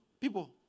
People